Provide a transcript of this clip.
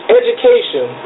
education